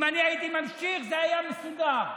אם הייתי ממשיך, זה היה מסודר.